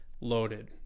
loaded